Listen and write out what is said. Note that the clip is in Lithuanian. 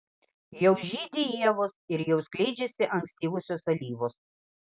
jau žydi ievos ir jau skleidžiasi ankstyvosios alyvos